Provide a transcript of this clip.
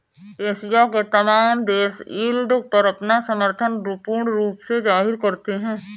Asia के तमाम देश यील्ड पर अपना समर्थन पूर्ण रूप से जाहिर करते हैं